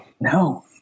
No